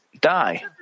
die